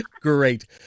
Great